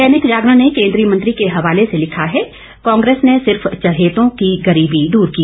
दैनिक जागरण ने केंद्रीय मंत्री के हवाले से लिखा है कांग्रेस ने सिर्फ चहेतों की गरीबी दूर की